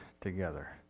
together